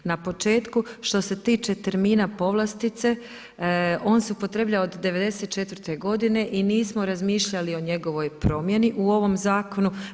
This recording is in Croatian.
Na početku što se tiče termina povlastice on se upotrebljava od '94. godine i nismo razmišljali o njegovoj promjeni u ovom zakonu.